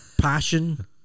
Passion